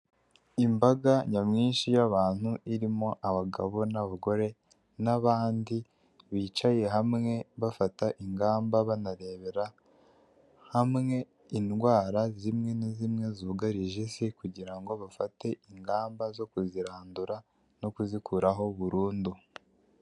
Imbaga nyamwinshi y'abantu irimo abagabo n'abagore, n'abandi bicaye hamwe bafata ingamba, banarebera hamwe indwara zimwe na zimwe zugarije isi, kugira ngo bafate ingamba zo kuzirandura no kuzikuraho burundu.